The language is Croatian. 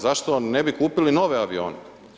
Zašto ne bi kupili nove avione?